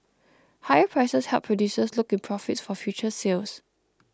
higher prices help producers lock in profits for future sales